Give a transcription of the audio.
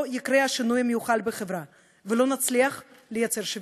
לא יקרה השינוי המיוחל בחברה ולא נצליח לייצר שוויון.